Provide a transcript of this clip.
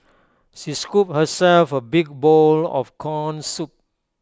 she scooped herself A big bowl of Corn Soup